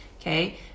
okay